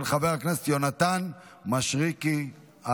של חברי הכנסת משה גפני ויעקב